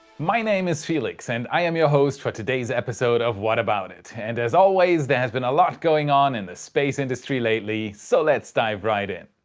my name is felix and i am your host for today's episode of what about it? and as always, there's been a lot going on in the space industry lately, so let's dive right in!